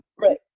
Right